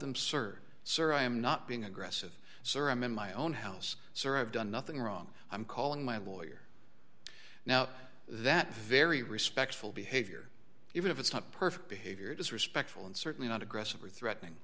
them sir sir i am not being aggressive sir i'm in my own house sir i've done nothing wrong i'm calling my lawyer now that very respectful behavior even if it's not perfect behavior disrespectful and certainly not aggressive or threatening